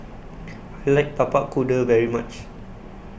I like Tapak Kuda very much